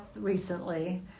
recently